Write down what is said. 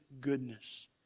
goodness